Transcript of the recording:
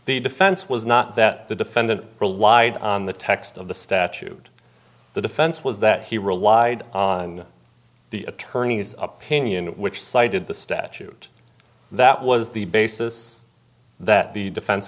the defense was not that the defendant relied on the text of the statute the defense was that he relied on the attorney's opinion which cited the statute that was the basis that the defense